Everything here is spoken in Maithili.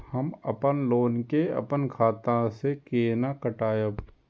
हम अपन लोन के अपन खाता से केना कटायब?